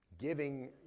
Giving